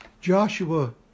Joshua